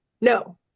no